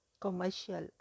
Commercial